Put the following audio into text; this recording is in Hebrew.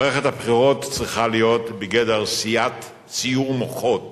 מערכת הבחירות צריכה להיות בגדר סיעור מוחות